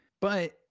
but-